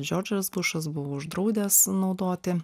džordžas bušas buvo uždraudęs naudoti